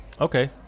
okay